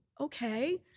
okay